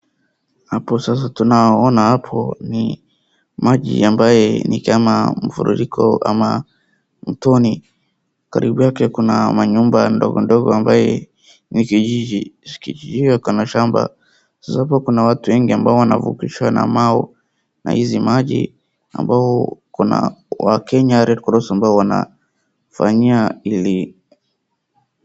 Hapo sasa tunaona hapo ni maji ambaye ni kama mafuriko ama mtoni. Karibu yake kuna manyumba ndogondogo ambaye ni kijiji. Kijiji hii iko na shamba, sababu kuna watu wengi ambao wanavukishwa na mau, na hizi maji ambao wa kenya red cross ambao wanafanyia ili.